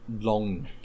long